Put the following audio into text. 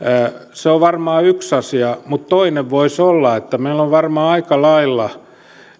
se on varmaan yksi asia mutta toinen voisi olla että meillä on varmaan aika lailla